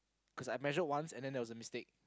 cause I measured once and then there was a mistake